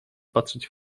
patrzeć